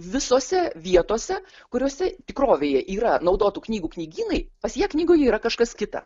visose vietose kuriose tikrovėje yra naudotų knygų knygynai pas ją knygoje yra kažkas kita